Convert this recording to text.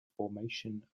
formation